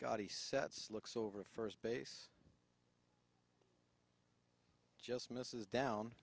god he sets looks over at first base just misses down